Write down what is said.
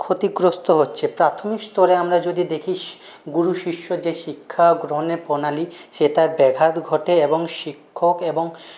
ক্ষতিগ্রস্ত হচ্ছে প্রাথমিক স্তরে আমরা যদি দেখি স গুরু শিষ্য যে শিক্ষা গ্রহণের প্রণালী সেটার ব্যাঘাত ঘটে এবং শিক্ষক এবং